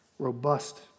robust